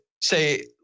say